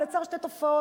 זה יצר שתי תופעות,